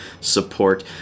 support